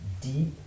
deep